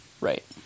Right